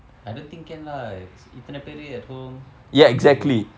I don't think can lah இதனை பேர்:ithanai paer at home how to